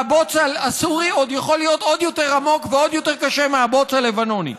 הבוץ הסורי יכול להיות עוד יותר עמוק ועוד יותר קשה מהבוץ הלבנוני.